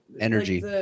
energy